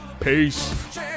Peace